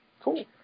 Cool